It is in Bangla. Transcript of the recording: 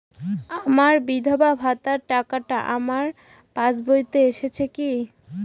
আমার বিধবা ভাতার টাকাটা আমার পাসবইতে এসেছে কি?